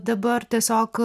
dabar tiesiog